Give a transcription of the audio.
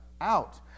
out